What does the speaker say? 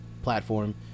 platform